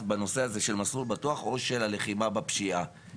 בנושא הזה של ׳מסלול בטוח׳ או בלחימה בפשיעה.